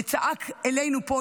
וצעק אלינו פה,